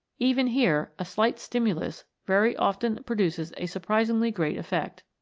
even here a slight stimulus very often produces a surprisingly great effect.